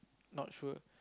not sure